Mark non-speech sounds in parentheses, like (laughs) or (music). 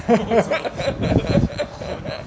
(laughs)